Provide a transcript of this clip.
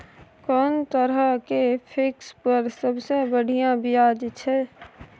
कोन तरह के फिक्स पर सबसे बढ़िया ब्याज छै?